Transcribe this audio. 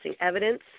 Evidence